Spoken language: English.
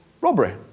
robbery